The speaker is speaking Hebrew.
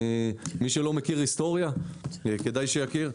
מי שלא מכיר היסטוריה, כדאי שיכיר.